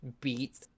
beat